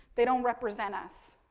they don't represent us,